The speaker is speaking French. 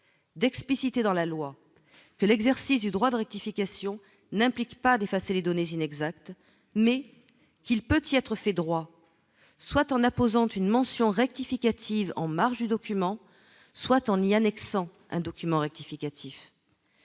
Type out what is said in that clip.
d'expliciter dans la loi que l'exercice du droit de rectification n'implique pas d'effacer les données inexactes mais qu'il peut y être fait droit, soit en apposant une mention rectificative en marge du document, soit en y annexant un document rectificatif